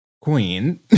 Queen